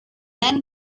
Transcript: men